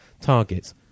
targets